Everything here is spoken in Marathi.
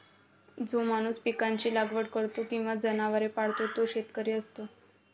जो माणूस पिकांची लागवड करतो किंवा जनावरे पाळतो तो शेतकरी असतो